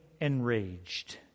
enraged